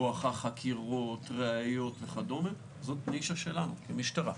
בואך חקירות, ראיות וכדומה, זאת הנישה של המשטרה.